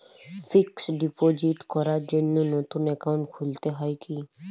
Fix deposit করার জন্য নতুন অ্যাকাউন্ট খুলতে হয় কী?